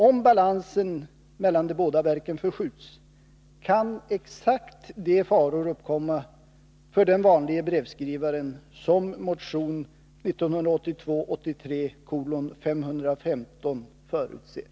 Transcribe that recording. Om balansen mellan de båda verken förskjuts, kan exakt de faror uppkomma för den vanlige brevskrivaren som folkpartimotion 1982/83:515 förutser.